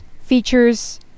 features